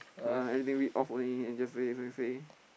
ah everything read off only then just say just say